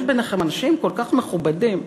יש ביניכם אנשים כל כך מכובדים,